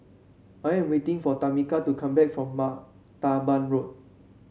I am waiting for Tamika to come back from Martaban Road